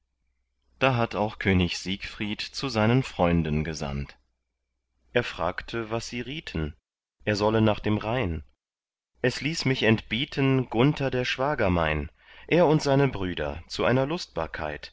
da hatt auch könig siegfried zu seinen freunden gesandt er fragte was sie rieten er solle nach dem rhein es ließ mich entbieten gunther der schwager mein er und seine brüder zu einer